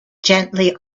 gently